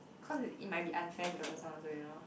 cause it might unfair to the person also you know